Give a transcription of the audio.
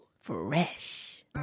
Fresh